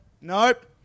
nope